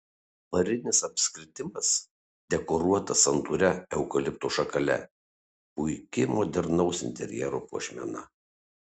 varinis apskritimas dekoruotas santūria eukalipto šakele puiki modernaus interjero puošmena